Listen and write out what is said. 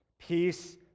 Peace